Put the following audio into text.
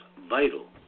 vital